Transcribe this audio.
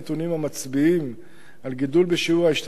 המצביעים על גידול בשיעור ההשתתפות,